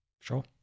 Sure